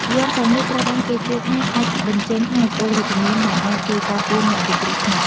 យ័ន្តទាំងនេះត្រូវបានគេជឿថាអាចបញ្ចេញថាមពលវិជ្ជមានដែលអាចជួយការពារអ្នកពីគ្រោះថ្នាក់។